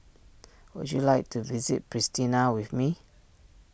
would you like to visit Pristina with me